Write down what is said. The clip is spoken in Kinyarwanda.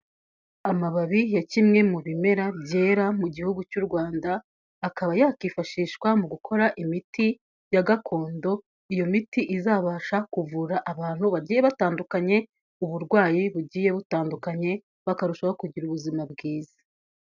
Amababi ya kimwe mu bimera byera mu gihugu cy'u Rwanda, akaba yakifashishwa mu gukora imiti ya gakondo, iyo miti izabasha kuvura abantu bagiye batandukanye, uburwayi bugiye butandukanye, bakarushaho kugira ubuzima bwiza.